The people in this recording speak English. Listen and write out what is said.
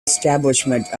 establishment